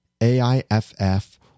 AIFF